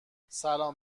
سلام